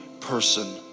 person